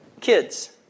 kids